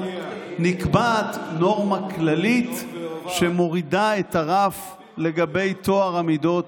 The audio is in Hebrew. נקבעת נורמה כללית שמורידה את הרף לגבי טוהר המידות,